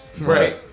right